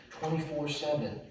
24-7